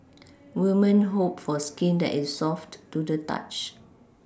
women hope for skin that is soft to the touch